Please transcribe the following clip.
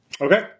Okay